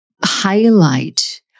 highlight